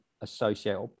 associate